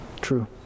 true